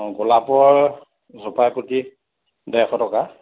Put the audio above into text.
অ গোলাপৰ জোপাই প্ৰতি ডেৰশ টকা